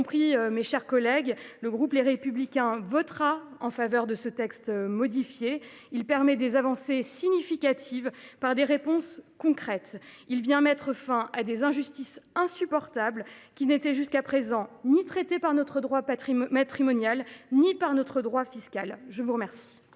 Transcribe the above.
mes chers collègues, le groupe Les Républicains votera en faveur de ce texte modifié. Celui ci permet des avancées significatives en apportant des réponses concrètes et vient mettre fin à des injustices insupportables qui n’étaient jusqu’à présent traitées ni par notre droit matrimonial ni par notre droit fiscal. La parole